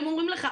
הם אומרים לך,